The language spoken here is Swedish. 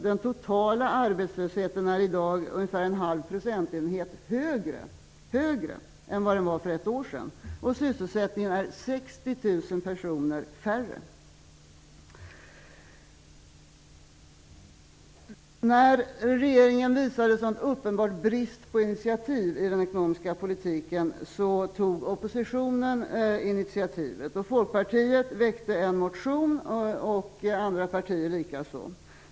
Den totala arbetslösheten är i dag ungefär en halv procentenhet högre än vad den var för ett år sedan. Sysselsättningen har minskat med 60 000 personer. Eftersom regeringen visar en sådan uppenbar brist på initiativ i den ekonomiska politiken har oppositionen tagit initiativet. Folkpartiet har väckt en motion, andra partier likaså.